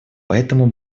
поэтому